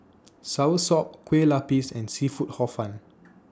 Soursop Kueh Lapis and Seafood Hor Fun